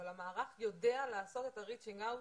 אבל המערך יודע לעשות את ה-reaching out הזה.